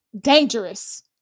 dangerous